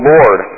Lord